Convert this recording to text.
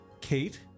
Kate